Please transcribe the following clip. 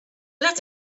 left